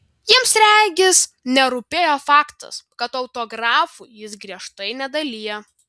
jiems regis nerūpėjo faktas kad autografų jis griežtai nedalija